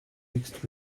mixed